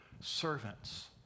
servants